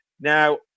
Now